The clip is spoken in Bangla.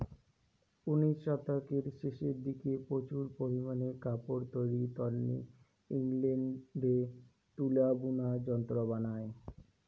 উনিশ শতকের শেষের দিকে প্রচুর পারিমানে কাপড় তৈরির তন্নে ইংল্যান্ডে তুলা বুনা যন্ত্র বানায়